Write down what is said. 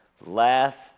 last